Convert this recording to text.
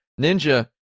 Ninja